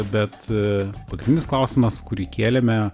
bet a pagrindinis klausimas kurį kėlėme